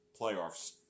playoffs